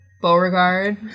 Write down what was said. Beauregard